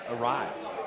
arrived